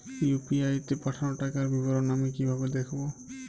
UPI তে পাঠানো টাকার বিবরণ আমি কিভাবে দেখবো?